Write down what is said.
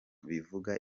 bivuga